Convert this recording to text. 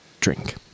drink